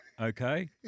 okay